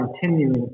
continuing